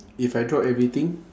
if I drop everything